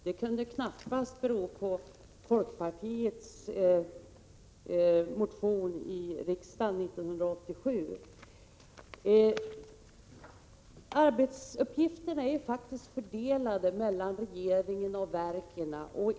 Det kunde knappast bero på folkpartiets motion i riksdagen 1987. Arbetsuppgifterna är fördelade mellan regeringen och verken.